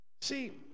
See